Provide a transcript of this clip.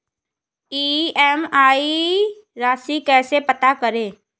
EMI राशि कैसे पता करें?